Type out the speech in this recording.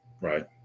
Right